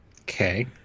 Okay